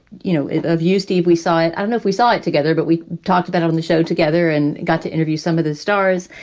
you know, of you, steve, we saw it. i know if we saw it together, but we talked about it on the show together and got to interview some of the stars.